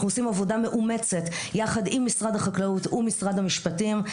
אנחנו עושים עבודה מאומצת יחד עם משרד החקלאות ומשרד המשפטים.